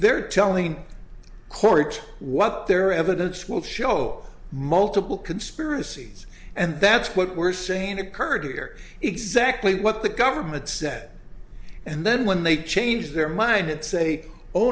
they're telling the court what their evidence will show multiple conspiracies and that's what we're saying occurred here exactly what the government said and then when they change their mind and say oh